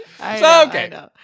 Okay